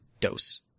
dose